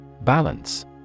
Balance